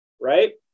Right